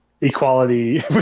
equality